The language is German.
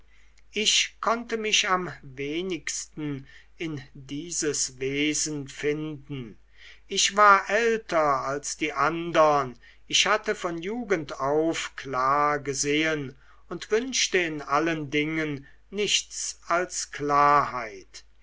ich konnte mich am wenigsten in dieses wesen finden ich war älter als die andern ich hatte von jugend auf klar gesehen und wünschte in allen dingen nichts als klarheit